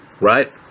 right